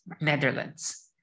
Netherlands